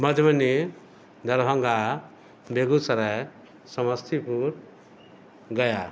Madhubani Darbhanga Begusarai Samastipur Gaya